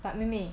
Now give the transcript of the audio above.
but 妹妹